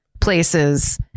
places